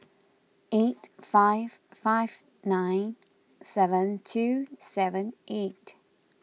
eight five five nine seven two seven eight